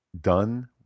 done